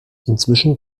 inzwischen